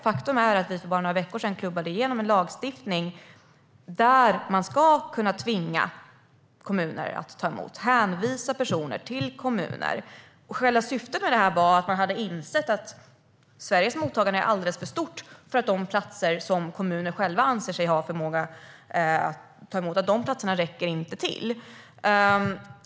Faktum är att vi för bara några veckor sedan klubbade igenom en lagstiftning som innebär att man ska kunna tvinga kommuner att ta emot och kunna hänvisa personer till kommuner. Orsaken var att man hade insett att Sveriges mottagande är alldeles för stort. Platserna för dem som kommuner själva anser sig ha förmåga att ta emot räcker inte till.